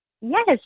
Yes